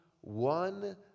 one